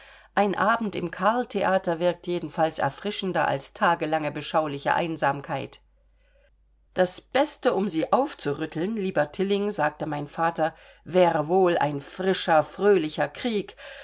ein abend im carltheater wirkt jedenfalls erfrischender als tagelange beschauliche einsamkeit das beste um sie aufzurütteln lieber tilling sagte mein vater wäre wohl ein frischer fröhlicher krieg